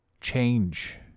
Change